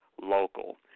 local